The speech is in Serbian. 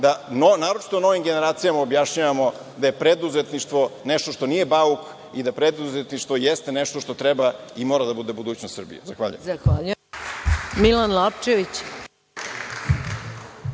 da, naročito novim organizacijama, da objašnjavamo da je preduzetništvo nešto što nije bauk i da preduzetništvo jeste nešto što treba i mora da bude budućnost Srbije. Zahvaljujem.